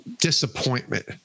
disappointment